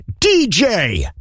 DJ